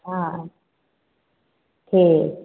हँ ठीक